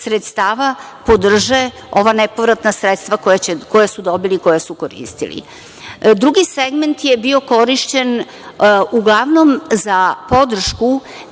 sredstava podrže ova nepovratna sredstva koja su dobili, koja su koristili. Drugi segment je bio korišćen uglavnom za podršku